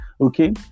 Okay